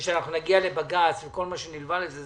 בלי שאנחנו נגיע לבג"צ וכל מה שנלווה לזה,